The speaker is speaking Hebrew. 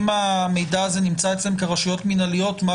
אם המידע הזה נמצא אצלם כרשויות מינהליות אז